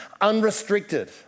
unrestricted